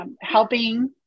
helping